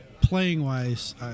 playing-wise